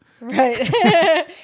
right